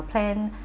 plan